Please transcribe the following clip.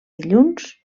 dilluns